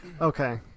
Okay